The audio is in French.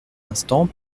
l’instant